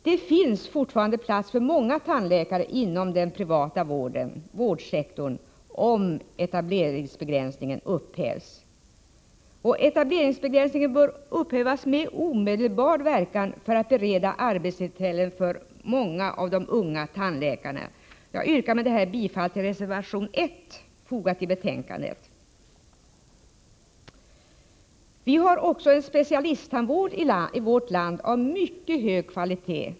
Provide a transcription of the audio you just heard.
Det finns fortfarande plats för många tandläkare inom den privata vårdsektorn om etableringsbegränsningen upphävs. Etableringsbegränsningen bör upphävas med omedelbar verkan för att bereda arbetstillfällen för många av de unga tandläkarna. Jag yrkar med detta bifall till reservation 1 som fogats till betänkandet. Vi har också en specialisttandvård i vårt land av mycket hög kvalitet.